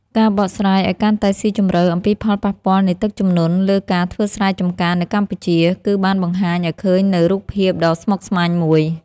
ការបកស្រាយឱ្យកាន់តែស៊ីជម្រៅអំពីផលប៉ះពាល់នៃទឹកជំនន់លើការធ្វើស្រែចម្ការនៅកម្ពុជា គឺបានបង្ហាញឱ្យឃើញនូវរូបភាពដ៏ស្មុគស្មាញមួយ។